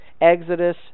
Exodus